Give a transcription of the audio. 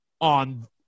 on